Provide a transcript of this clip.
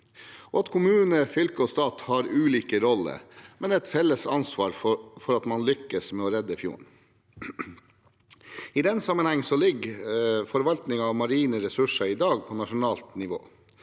og at kommune, fylke og stat har ulike roller, men et felles ansvar for at man lykkes med å redde fjorden. I den sammenheng ligger forvaltningen av marine ressurser i dag på nasjonalt nivå.